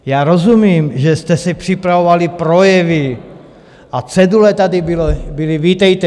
Já rozumím, že jste si připravovali projevy, a cedule tady byly, vítejte.